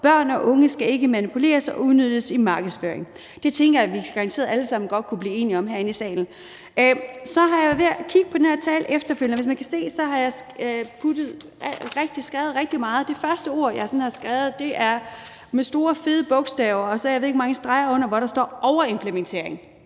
børn og unge skal ikke manipuleres og udnyttes i markedsføringen. Det tænker jeg vi garanteret alle sammen godt kunne blive enige om herinde i salen. Så har jeg kigget på den her tale efterfølgende, og jeg har skrevet rigtig meget til. Det første ord, jeg har skrevet til, er med store fede bogstaver og med, jeg ved ikke hvor mange streger under, og der står »overimplementering«.